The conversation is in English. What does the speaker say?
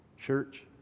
church